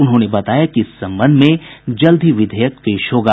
उन्होंने बताया कि इस संबंध में जल्द ही विधेयक पेश होगा